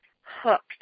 hooked